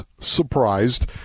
surprised